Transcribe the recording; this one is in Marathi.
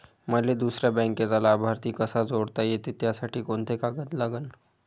मले दुसऱ्या बँकेचा लाभार्थी कसा जोडता येते, त्यासाठी कोंते कागद लागन?